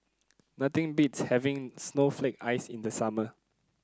nothing beats having Snowflake Ice in the summer